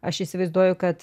aš įsivaizduoju kad